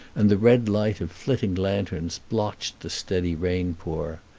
and the red light of flitting lanterns blotched the steady rainpour.